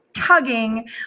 Tugging